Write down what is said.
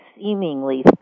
seemingly